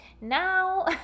Now